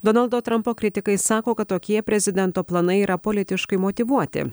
donaldo trampo kritikai sako kad tokie prezidento planai yra politiškai motyvuoti